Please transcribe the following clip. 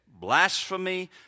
blasphemy